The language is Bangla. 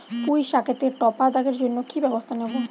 পুই শাকেতে টপা দাগের জন্য কি ব্যবস্থা নেব?